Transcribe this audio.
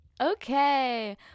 okay